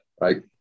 right